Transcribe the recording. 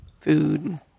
food